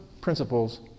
principles